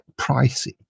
pricey